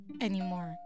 anymore